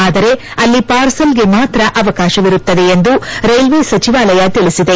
ಆದರೆ ಅಲ್ಲಿ ಪಾರ್ಸಲ್ಗೆ ಮಾತ್ರ ಅವಕಾಶವಿರುತ್ತದೆ ಎಂದು ರೈಲ್ವೆ ಸಚಿವಾಲಯ ತಿಳಿಸಿದೆ